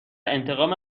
انتقام